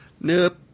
nope